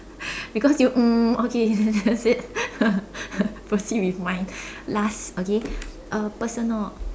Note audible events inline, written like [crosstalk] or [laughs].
because you mm okay that's it [laughs] proceed with mine last okay uh personal